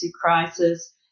crisis